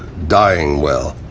dying well.